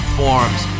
forms